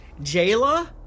Jayla